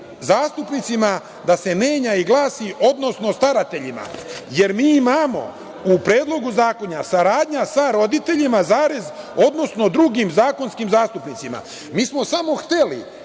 zastupnicima, da se menja i glasi – odnosno starateljima, jer mi imamo u Predlogu zakona saradnja sa roditeljima zarez odnosno drugim zakonskim zastupnicima. Mi smo samo hteli